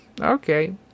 okay